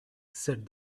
said